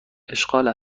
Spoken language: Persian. اشغال